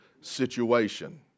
situation